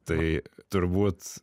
tai turbūt